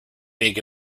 big